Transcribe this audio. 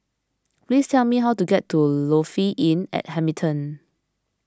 please tell me how to get to Lofi Inn at Hamilton